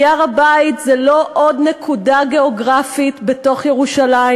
כי הר-הבית זה לא עוד נקודה גיאוגרפית בתוך ירושלים,